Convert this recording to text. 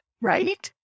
right